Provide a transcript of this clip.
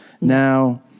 Now